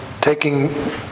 taking